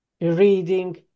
reading